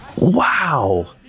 Wow